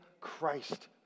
Christ